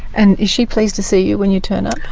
and is she pleased to see you when you turn up?